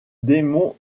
démon